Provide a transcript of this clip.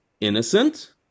innocent